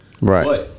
Right